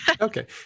Okay